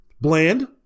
Bland